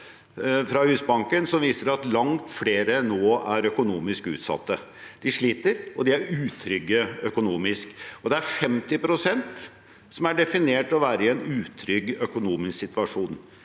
fra Husbanken som viser at langt flere nå er økonomisk utsatte. De sliter, og de er utrygge økonomisk. Det er 50 pst. som er definert til å være i en utrygg økonomisk situasjon.